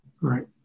Right